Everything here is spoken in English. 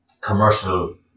commercial